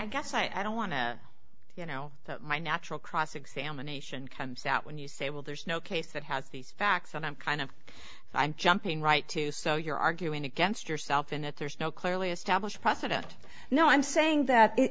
i guess i don't want to you know my natural cross examination comes out when you say well there's no case that has these facts and i'm kind of i'm jumping right to so you're arguing against yourself in it there's no clearly established profit no i'm saying that i